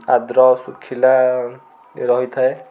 ଆଦ୍ର ଶୁଖିଲା ରହିଥାଏ